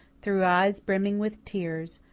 through eyes brimming with tears,